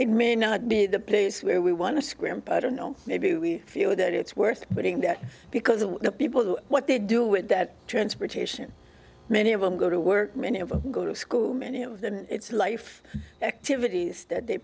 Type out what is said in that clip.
it may not be the place where we want to scrimp i don't know maybe we feel that it's worth putting that because of the people who what they do with that transportation many of them go to work many of them go to school many of them it's life activities that they